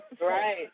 Right